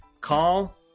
call